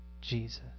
Jesus